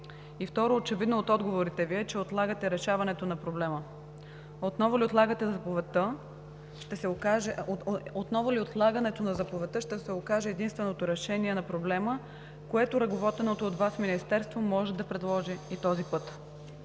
Второ, очевидно от отговорите Ви е, че отлагате решаването на проблема. Отново ли отлагането на заповедта ще се окаже единственото решение на проблема, което ръководеното от Вас Министерство може да предложи и този път?